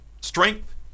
strength